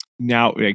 Now